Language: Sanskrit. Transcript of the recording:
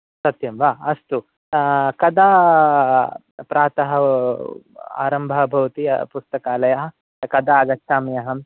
सत्यं वा अस्तु कदा प्रातः आरम्भः भवति पुस्तकालयः कदा आगच्छामि अहं